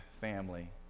family